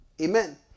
Amen